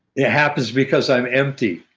it happens because i'm empty.